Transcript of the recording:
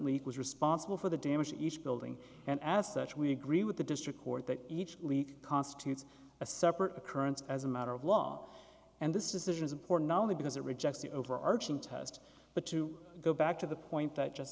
league was responsible for the damage to each building and as such we agree with the district court that each leak constitutes a separate occurrence as a matter of law and this is important not only because it rejects the overarching test but to go back to the point that just